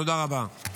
תודה רבה.